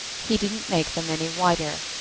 he didn't make them any whiter,